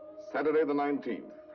saturday the nineteenth.